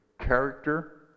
character